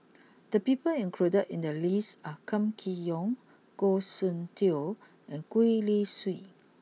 the people included in the list are Kam Kee Yong Goh Soon Tioe and Gwee Li Sui